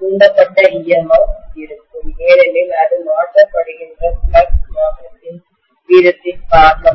தூண்டப்பட்ட EMF induced EMF இருக்கும் ஏனெனில் அது மாற்றப்படுகின்ற ஃப்ளக்ஸ் மாற்றத்தின் வீதத்தின் காரணமாக